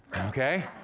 okay,